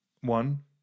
one